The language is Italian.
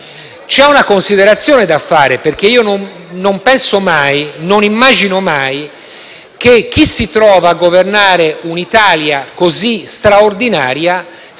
C'è una considerazione da fare, perché mai immagino che chi si trova a governare un'Italia così straordinaria sia